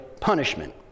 punishment